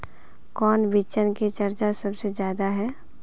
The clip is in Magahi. कौन बिचन के चर्चा सबसे ज्यादा है?